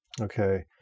Okay